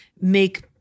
make